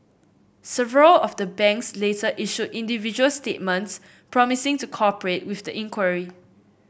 several of the banks later issued individual statements promising to cooperate with the inquiry